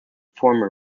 former